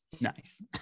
Nice